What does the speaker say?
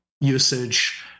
usage